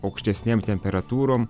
aukštesnėm temperatūrom